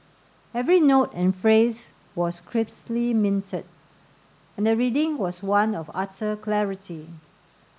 every note and phrase was crisply minted and the reading was one of utter clarity